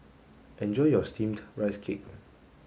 enjoy your steamed rice cake